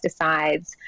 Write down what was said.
pesticides